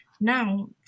now